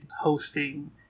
hosting